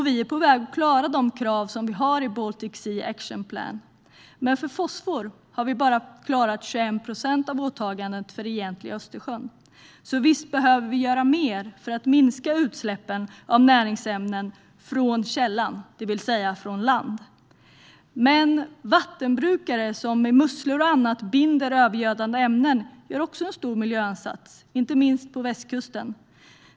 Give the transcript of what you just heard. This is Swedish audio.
Vi är på väg att klara de krav som vi har i Baltic Sea Action Plan. Men när det gäller fosfor har vi bara klarat 21 procent av åtagandet för det egentliga Östersjön, så visst behöver vi göra mer för att minska utsläppen av näringsämnen från källan, det vill säga från land. Men vattenbrukare som med musslor och annat binder övergödande ämnen gör också en stor miljöinsats, inte minst på västkusten.